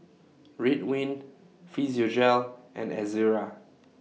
Ridwind Physiogel and Ezerra